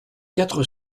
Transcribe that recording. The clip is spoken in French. quatre